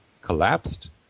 collapsed